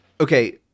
okay